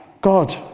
God